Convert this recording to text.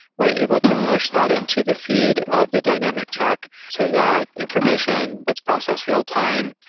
we're able to push that into the feed of the dynamic check so that information, it's processed real time,